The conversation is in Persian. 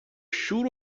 شور